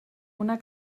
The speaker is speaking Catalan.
una